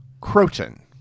Croton